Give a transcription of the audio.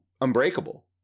Unbreakable